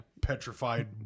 petrified